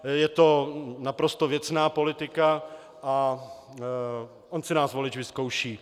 Je to naprosto věcná politika a on si nás volič vyzkouší.